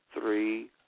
three